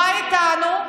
מה איתנו?